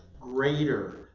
greater